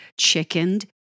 chickened